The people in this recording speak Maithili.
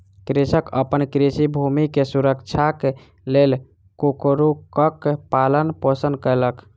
कृषक अपन कृषि भूमि के सुरक्षाक लेल कुक्कुरक पालन पोषण कयलक